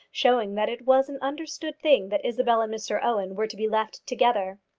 showing that it was an understood thing that isabel and mr owen were to be left together.